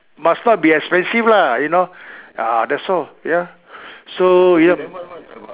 must not be expensive lah you know ah that's all so yup